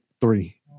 three